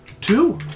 Two